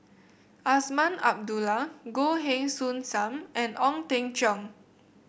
Azman Abdullah Goh Heng Soon Sam and Ong Teng Cheong